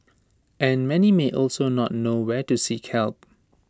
and many may also not know where to seek help